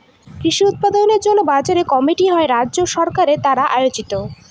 কৃষি উৎপাদনের জন্য বাজার কমিটি হয় রাজ্য সরকার দ্বারা আয়োজিত